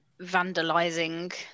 vandalizing